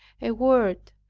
a word,